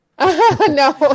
No